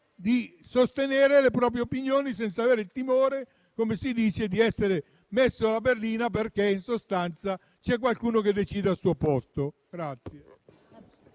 di sostenere le proprie opinioni senza avere il timore, come si dice, di essere messo alla berlina, perché in sostanza c'è qualcuno che decide al suo posto.